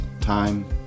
time